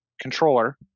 controller